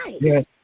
Yes